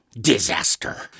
disaster